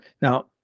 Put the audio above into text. Now